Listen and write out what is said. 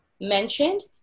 mentioned